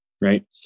right